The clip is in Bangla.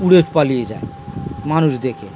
উড়ে পালিয়ে যায় মানুষ দেখে